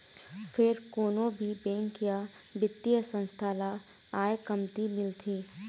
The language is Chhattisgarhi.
फेर कोनो भी बेंक या बित्तीय संस्था ल आय कमती मिलथे